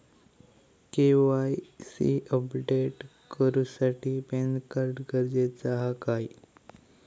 KYC update करूसाठी PAN card गरजेचा हा काय?